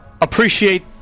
appreciate